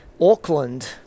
Auckland